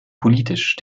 politisch